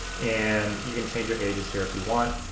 and you can change your ages here if you want,